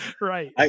right